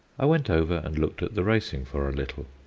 i went over and looked at the racing for a little.